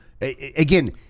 again